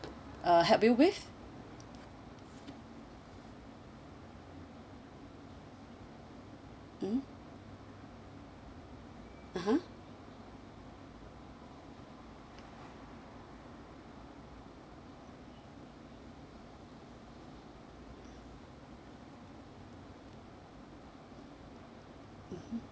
uh help you with mm (uh huh)